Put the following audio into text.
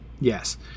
Yes